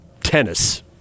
tennis